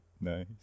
Nice